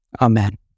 Amen